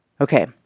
Okay